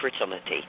fertility